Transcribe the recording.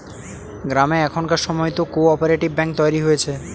গ্রামে এখনকার সময়তো কো অপারেটিভ ব্যাঙ্ক তৈরী হয়েছে